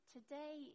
Today